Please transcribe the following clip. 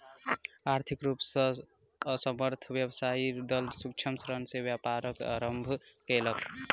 आर्थिक रूप से असमर्थ व्यवसायी दल सूक्ष्म ऋण से व्यापारक आरम्भ केलक